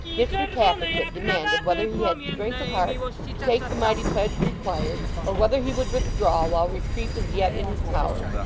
mr tappertit demanded whether he had strength of heart to take the mighty pledge required, or whether he would withdraw while retreat was yet in his power.